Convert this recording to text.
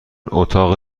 اتاق